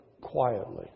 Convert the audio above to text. quietly